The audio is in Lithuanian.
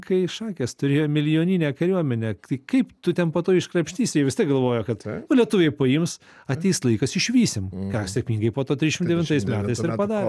kai šakės turėjo milijoninę kariuomenę kaip tu ten po to iškrapštysi jie vis tiek galvojo kad nu lietuviai paims ateis laikas išvysim ką sėkmingai po to trisdešimt devintais metais ir padarė